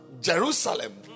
Jerusalem